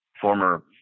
former